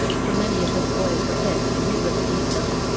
for many of his boys were hit, and he wouldn't leave them.